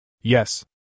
Yes